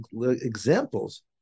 examples